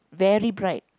very bright